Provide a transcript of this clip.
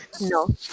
No